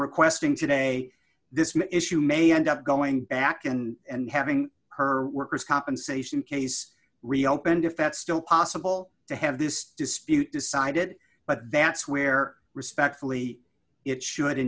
requesting today this issue may end up going back and having her workers compensation case reopened effect still possible to have this dispute decide it but that's where respectfully it should